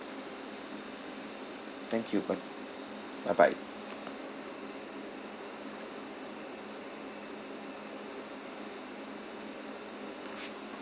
thank you bye bye bye